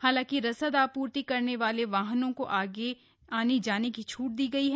हालांकि रसद आपूर्ति करने वाले वाहनों को आने जाने की छूट दी गई है